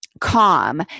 calm